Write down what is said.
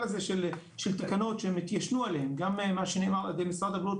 הזה של תקנות שהן התיישנו עליהן גם מה שנאמר על ידי משרד הבריאות,